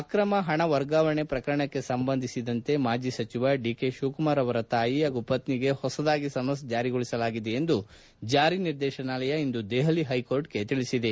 ಆಕ್ರಮ ಪಣ ವರ್ಗಾವಣೆ ಪ್ರಕರಣಕ್ಕೆ ಸಂಬಂಧಿಸಿದಂತೆ ಮಾಜಿ ಸಜಿವ ಡಿಕೆ ಶಿವಕುಮಾರ್ ಅವರ ತಾಯಿ ಪಾಗೂ ಪಟ್ನಿಗೆ ಹೊಸದಾಗಿ ಸಮನ್ಸ್ ಜಾರಿಗೊಳಿಸಲಾಗಿದೆ ಎಂದು ಜಾರಿ ನಿರ್ದೇಶನಾಲಯ ಇಂದು ದೆಹಲಿ ಹೈಕೋರ್ಟಿಗೆ ತಿಳಿಸಿದೆ